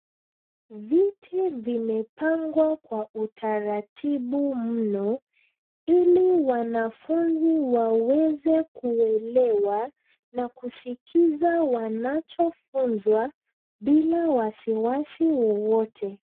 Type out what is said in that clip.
Viti vimepangwa kwa utaratibu mno ,ili wanafunzi waweze kuelewa, na kusikiza wanachofunzwa bila wasiwasi wowote.